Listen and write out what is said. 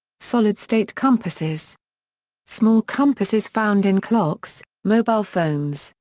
solid state compasses small compasses found in clocks, mobile phones,